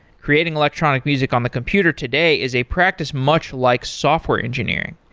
creating electronic music on the computer today is a practice much like software engineering.